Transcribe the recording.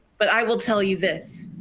but i will tell you this,